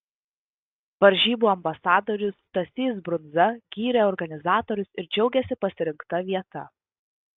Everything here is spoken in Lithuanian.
varžybų ambasadorius stasys brundza gyrė organizatorius ir džiaugėsi pasirinkta vieta